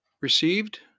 Received